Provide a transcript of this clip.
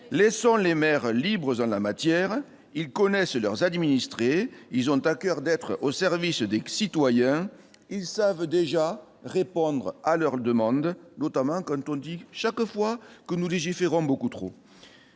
laissons les mers libres en la matière, ils connaissent leurs administrés, ils ont à coeur d'être au service des que citoyen ils savent déjà répondre à leur demande, notamment quand on dit chaque fois que nous légiférons beaucoup trop